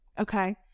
okay